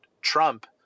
Trump